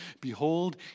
Behold